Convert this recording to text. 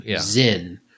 Zin